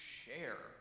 share